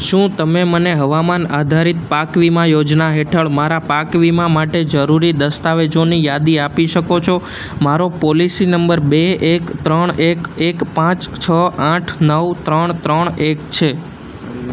શું તમે મને હવામાન આધારિત પાક વીમા યોજના હેઠળ મારા પાક વીમા માટે જરૂરી દસ્તાવેજોની યાદી આપી શકો છો મારો પોલિસી નંબર બે એક ત્રણ એક એક પાંચ છ આઠ નવ ત્રણ ત્રણ એક છે